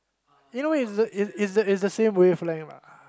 you know it's the it's it's the same way I feel about